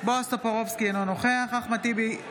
בועז טופורובסקי, אינו נוכח אחמד טיבי,